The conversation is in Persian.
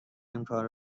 امکان